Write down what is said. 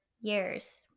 years